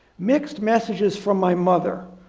mixed messages from my mother,